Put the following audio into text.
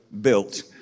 built